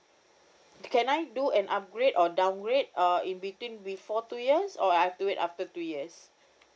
can I do an upgrade or downgrade uh in between before two years or I have to wait after two years